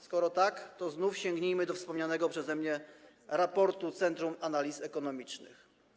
Skoro tak, to znów sięgnijmy do wspomnianego przeze mnie raportu Centrum Analiz Ekonomicznych.